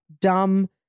dumb